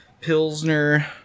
Pilsner